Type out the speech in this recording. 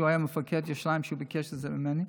שהיה מפקד מחוז ירושלים כשביקש את זה ממני,